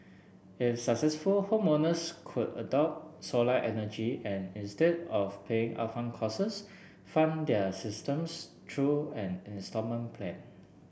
if successful homeowners could adopt solar energy and instead of paying upfront costs fund their systems to an installment plan